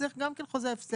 צריך גם כן חוזה הפסד.